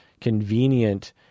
convenient